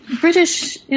British